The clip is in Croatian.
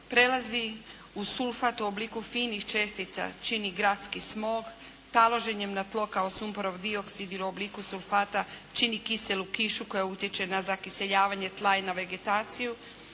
prelazi u sulfat u obliku finih čestica čini gradski smog taloženjem na tlo kao sumporov dioksid ili u obliku sulfata čini kiselu kišu koja utječe na zakiseljavanje tla i na vegetaciju,